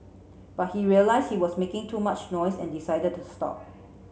but he realised he was making too much noise and decided to stop